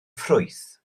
ffrwyth